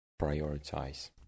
prioritize